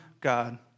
God